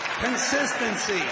Consistency